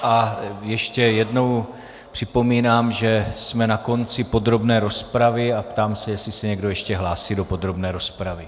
A ještě jednou připomínám, že jsme na konci podrobné rozpravy, a ptám se, jestli se někdo ještě hlásí do podrobné rozpravy.